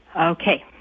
Okay